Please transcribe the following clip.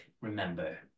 remember